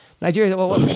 Nigeria